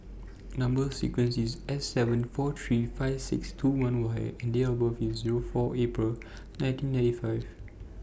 Number sequence IS S seven four three five six two one Y and Date of birth IS four April nineteen ninety five